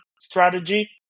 strategy